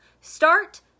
Start